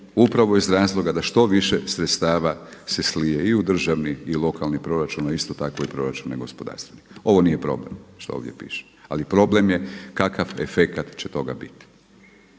upravo iz razloga da što više sredstava se slije i u državni i lokalni proračun a i isto tako i proračune gospodarstvenika. Ovo nije problem što ovdje piše ali problem je kakav efekt će toga biti.